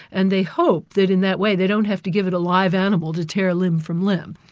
and they hope that in that way they don't have to give it a live animal to tear limb from limb.